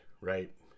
right